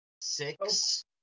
Six